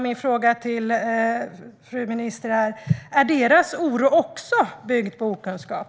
Min fråga till fru ministern är: Är deras oro också byggd på okunskap?